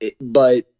but-